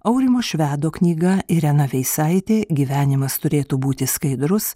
aurimo švedo knyga irena veisaitė gyvenimas turėtų būti skaidrus